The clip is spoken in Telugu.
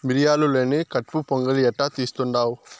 మిరియాలు లేని కట్పు పొంగలి ఎట్టా తీస్తుండావ్